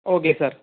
okay sir